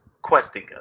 questing